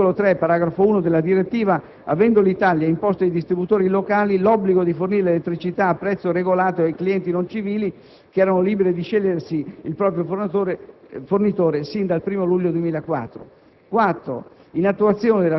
violazione dell'articolo 3, paragrafo 1, della direttiva, avendo l'Italia imposto ai distributori locali l'obbligo di fornire elettricità a prezzo regolato ai clienti non civili, che erano liberi di scegliere il proprio fornitore sin dal 1° luglio 2004;